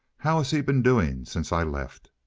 how has he been doing since i left?